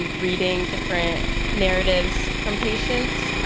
reading different narratives from patients.